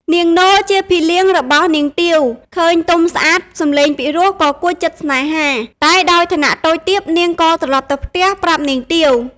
នាងនោជាភិលៀងរបស់នាងទាវ ឃើញទុំស្អាត សំឡេងពិរោះក៏គួចចិត្តសេ្នហា តែដោយឋានៈតូចទាបនាងក៏ត្រឡប់ទៅផ្ទះប្រាប់នាងទាវ។